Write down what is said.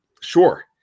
sure